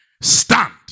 Stand